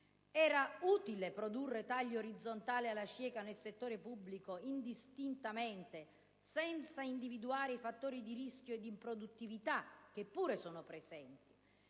Era utile produrre tagli orizzontali alla cieca nel settore pubblico, indistintamente, senza individuare i fattori di rischio e di improduttività, che pure sono presenti?